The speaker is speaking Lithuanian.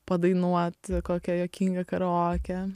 padainuot kokią juokingą karaokę